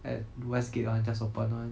at westgate one just opened one